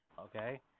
okay